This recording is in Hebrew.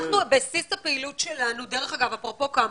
בסיס הפעילות שלנו, דרך אגב, אפרופו קמפוסים,